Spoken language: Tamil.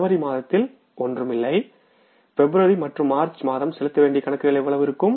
ஜனவரி மாதத்தில் ஒன்றும் இல்லைபிப்ரவரி மற்றும் மார்ச் மாதம் செலுத்தவேண்டிய கணக்குகள் எவ்வளவு இருக்கும்